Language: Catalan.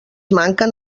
manquen